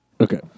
Okay